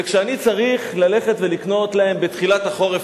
וכשאני צריך לקנות להם בתחילת החורף,